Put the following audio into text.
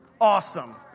awesome